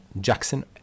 Jackson